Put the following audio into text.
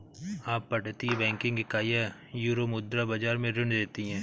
अपतटीय बैंकिंग इकाइयां यूरोमुद्रा बाजार में ऋण देती हैं